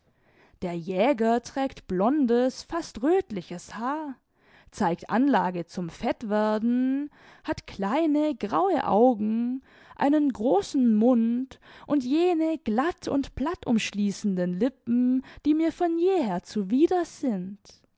der jäger trägt blondes fast röthliches haar zeigt anlage zum fettwerden hat kleine graue augen einen großen mund und jene glatt und plattumschließenden lippen die mir von jeher zuwider sind